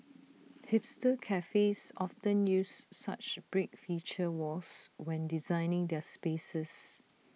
hipster cafes often use such brick feature walls when designing their spaces